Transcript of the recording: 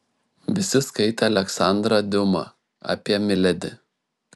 visi skaitė aleksandrą diuma apie miledi